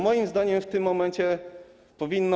Moim zdaniem w tym momencie powinno